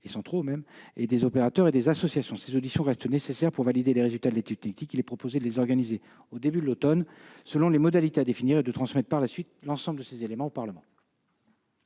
centraux sur ces questions, ainsi que des associations. Ces auditions sont nécessaires pour valider les résultats de l'étude technique. Il est proposé de les organiser au début de l'automne selon des modalités à définir et de transmettre par la suite l'ensemble de ces éléments au Parlement.